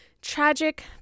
tragic